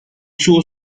suo